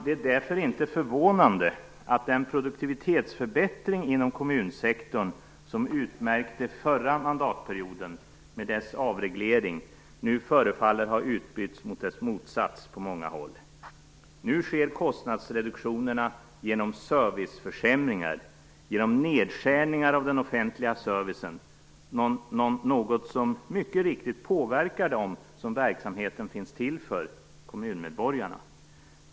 Det är därför inte förvånande att den produktivitetsförbättring inom kommunsektorn som utmärkte förra mandatperioden med dess avreglering nu förefaller ha utbytts mot dess motsats på många håll. Nu sker kostnadsreduktionerna genom serviceförsämringar - genom nedskärningar av den offentliga servicen - något som mycket riktigt påverkar dem som verksamheten finns till för, dvs. kommunmedborgarna.